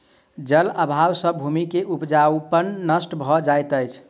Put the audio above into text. जल अभाव सॅ भूमि के उपजाऊपन नष्ट भ जाइत अछि